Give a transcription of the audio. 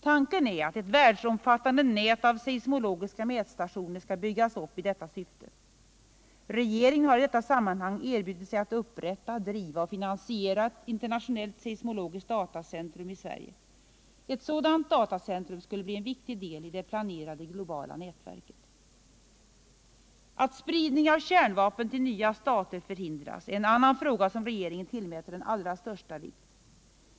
Tanken är att ett världsomfattande nät av seismologiska mätstationer skall byggas upp i detta syfte. Regeringen har i detta sammanhang erbjudit sig att upprätta, driva och finansiera ett internationellt scismologiskt datacentrum i Sverige. Ett sådant datacentrum skulle bli en viktig del i det planerade globala nätverket. Att spridning av kärnvapen till nya stater skall kunna förhindras är också en fråga som regeringen tillmäter den allra största vikt.